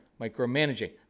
micromanaging